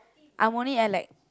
I'm only at like